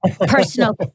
Personal